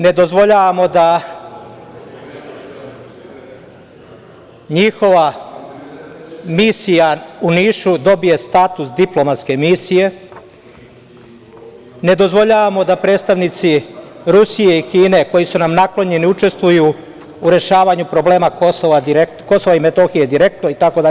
Ne dozvoljavamo da njihova misija u Nišu dobije status diplomatske misije, ne dozvoljavamo da predstavnici Rusije i Kine, koji su nam naklonjeni, učestvuju u rešavanju problema Kosova i Metohije direktno itd.